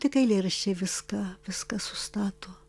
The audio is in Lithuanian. tik eilėraščiai viską viską sustato